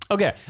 Okay